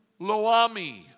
Loami